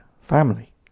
family